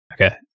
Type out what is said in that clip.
Okay